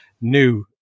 new